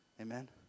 Amen